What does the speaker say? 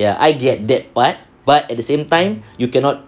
ya I get that but but at the same time you cannot